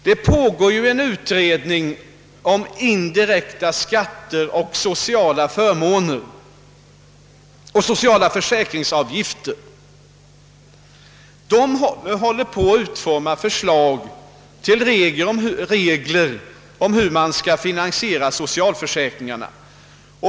Det pågår ju en utredning om indirekta skatter och socialförsäkringsavgifter, och utredningen håller på att utforma förslag till regler för finansieringen av socialförsäkringarna.